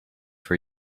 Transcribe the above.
for